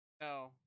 No